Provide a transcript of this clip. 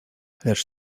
lecz